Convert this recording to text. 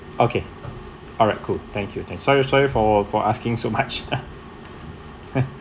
okay alright cool thank you thanks sorry sorry for for asking so much